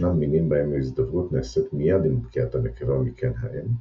ישנם מינים בהם ההזדווגות נעשית מיד עם בקיעת הנקבה מקן האם,